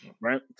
Right